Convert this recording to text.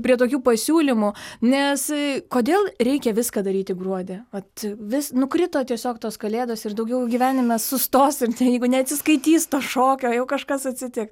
prie tokių pasiūlymų nes kodėl reikia viską daryti gruodį vat vis nukrito tiesiog tos kalėdos ir daugiau gyvenimas sustos ir jeigu neatsiskaitys to šokio jeigu kažkas atsitik